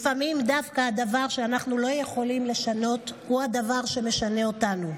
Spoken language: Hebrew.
לפעמים דווקא הדבר שאנחנו לא יכולים לשנות הוא הדבר שמשנה אותנו.